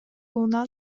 унаа